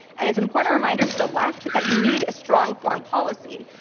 and it's an important reminder to the left that you need a strong foreign policy.